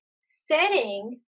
setting